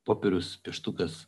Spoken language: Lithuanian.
popierius pieštukas